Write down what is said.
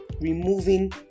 removing